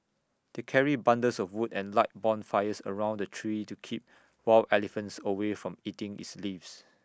they carried bundles of wood and light bonfires around the tree to keep wild elephants away from eating its leaves